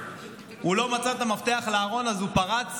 הוא לא מצא את המפתח לארון אז הוא פרץ